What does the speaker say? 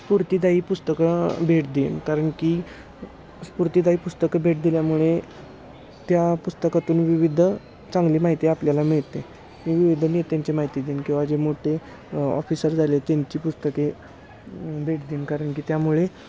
स्फूर्तिदायी पुस्तकं भेट देईन कारण की स्फूर्तीदायी पुस्तकं भेट दिल्यामुळे त्या पुस्तकातून विविध चांगली माहिती आपल्याला मिळते हे विविध नेत्यांची माहिती देईन किंवा जे मोठे ऑफिसर झाले त्यांची पुस्तके भेट देईन कारण की त्यामुळे